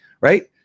right